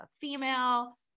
female